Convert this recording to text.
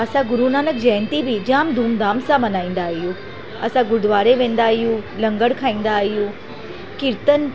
असां गुरूनानक जयंती बि जाम धूमधाम सां मल्हाईंदा आहियूं असां गुरूद्वारे वेंदा आहियूं लंगर खाईंदा आहियूं कीर्तन